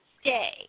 stay